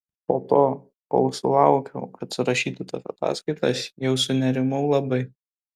po to kol sulaukiau kad surašytų tas ataskaitas jau sunerimau labai